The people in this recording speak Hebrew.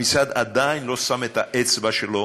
המשרד עדיין לא שם את האצבע שלו